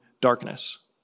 darkness